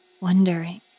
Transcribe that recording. wondering